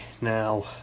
Now